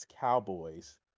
Cowboys